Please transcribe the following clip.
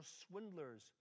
swindlers